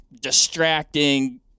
distracting